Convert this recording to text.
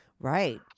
Right